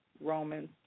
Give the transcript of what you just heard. Romans